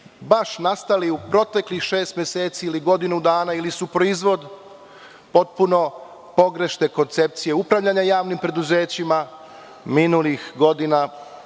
baš nastali u proteklih šest meseci ili godinu dana ili su proizvod potpuno pogrešne koncepcije upravljanja javnim preduzećima minulih godina,